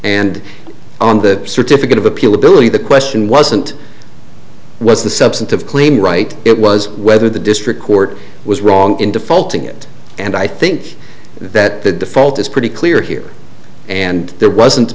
and on that certificate of appeal ability the question wasn't was the substantive claim right it was whether the district court was wrong in defaulting it and i think that the default is pretty clear here and there wasn't